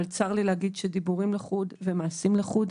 אבל צר לי להגיד שדיבורים לחוד ומעשים לחוד.